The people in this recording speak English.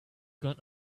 gone